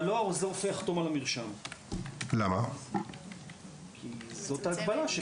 הרופא חתום על המרשם, כי זאת ההגבלה שקבענו.